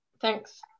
thanks